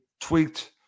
tweaked